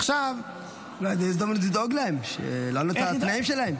זאת הזדמנות לדאוג להם, לתנאים שלהם.